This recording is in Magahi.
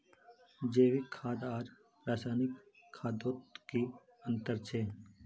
जैविक खाद आर रासायनिक खादोत की अंतर छे?